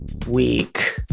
week